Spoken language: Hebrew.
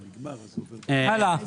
הלאה.